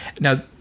Now